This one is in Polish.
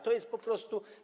To jest po prostu.